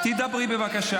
בושה.